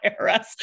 IRS